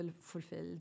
fulfilled